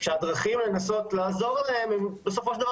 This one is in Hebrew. כשהדרכים לנסות לעזור להם הם בסופו של דבר